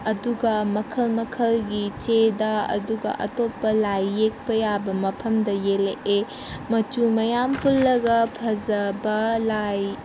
ꯑꯗꯨꯒ ꯃꯈꯜ ꯃꯈꯜꯒꯤ ꯆꯦꯗ ꯑꯗꯨꯒ ꯑꯇꯣꯞꯄ ꯂꯥꯏ ꯌꯦꯛꯄ ꯌꯥꯕ ꯃꯐꯝꯗ ꯌꯦꯛꯂꯛꯑꯦ ꯃꯆꯨ ꯃꯌꯥꯝ ꯄꯨꯜꯂꯒ ꯐꯖꯕ ꯂꯥꯏ